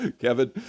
Kevin